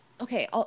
okay